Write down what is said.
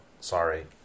sorry